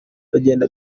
bagenda